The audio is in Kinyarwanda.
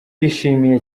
yishimiye